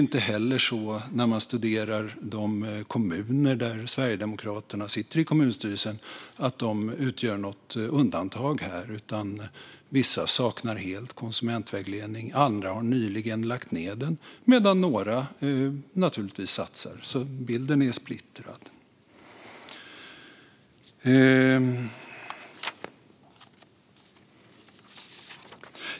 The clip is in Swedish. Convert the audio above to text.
När man studerar de kommuner där Sverigedemokraterna sitter i kommunstyrelsen kan man inte heller se att de utgör något undantag. Vissa saknar helt konsumentvägledning. Andra har nyligen lagt ned den, medan några naturligtvis satsar. Bilden är splittrad.